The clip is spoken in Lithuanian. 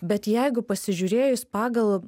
bet jeigu pasižiūrėjus pagal